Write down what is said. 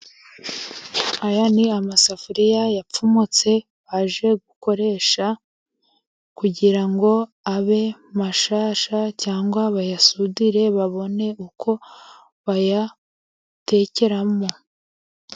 Aya ni amasafuriya yapfumutse, baje gukoresha kugira ngo abe mashyashya, cyangwa bayasudire babone uko bayatekeramo.